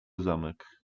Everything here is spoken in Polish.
zamek